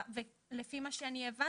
ולפי מה שאני הבנתי,